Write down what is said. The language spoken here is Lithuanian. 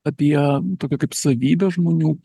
apie tokią kaip savybę žmonių